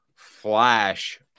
Flash